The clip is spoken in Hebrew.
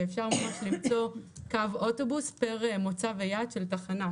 שמאפשר למצוא קו אוטובוס לפי מוצא ויעד של תחנה.